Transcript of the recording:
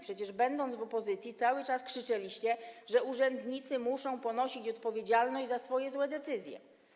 Przecież będąc w opozycji, cały czas krzyczeliście, że urzędnicy muszą ponosić odpowiedzialność za swoje złe decyzje.